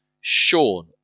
sean